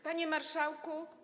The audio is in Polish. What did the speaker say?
Panie Marszałku!